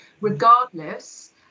regardless